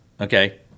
okay